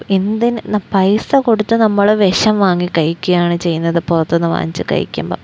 എന്തിന് പൈസ കൊടുത്ത് നമ്മള് വിഷം വാങ്ങി കഴിക്കുകയാണ് ചെയ്യുന്നത് പുറത്തുനിന്ന് വാങ്ങിച്ച് കഴിക്കുമ്പോള്